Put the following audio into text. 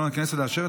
הצעת